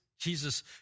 Jesus